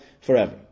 forever